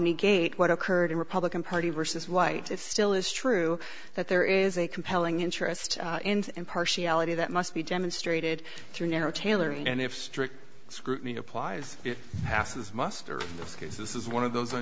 negate what occurred in republican party versus white it still is true that there is a compelling interest in impartiality that must be demonstrated through narrow tailoring and if strict scrutiny applies ass's muster because this is one of those